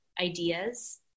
ideas